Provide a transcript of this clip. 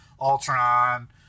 Ultron